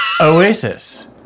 Oasis